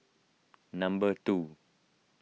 number two